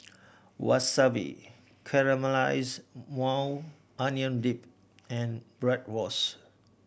Wasabi Caramelized Maui Onion Dip and Bratwurst